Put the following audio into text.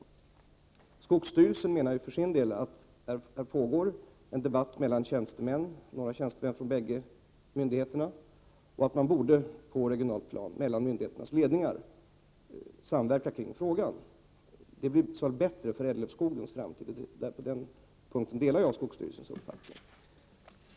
Från skogsstyrelsens sida säger man att det pågår en debatt mellan några tjänstemän från bägge myndigheterna. Man menar att det på det regionala planet — det handlar då om myndigheternas ledningar — borde finnas en samverkan i frågan. Det skulle vara till större gagn för ädellövskogens framtid. På den punkten delar jag skogsstyrelsens uppfattning.